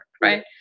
right